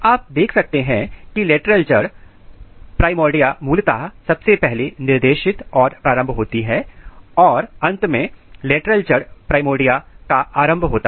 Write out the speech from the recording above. आप देख सकते हैं की लेटरल जड़ प्राइमर्डिया मूलतः सबसे पहले निर्देशित और प्रारंभ होती हैं और अंत में लेटरल जड़ प्राइमर्डिया का आरंभ होता है